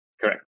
Correct